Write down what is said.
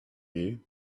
you